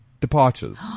departures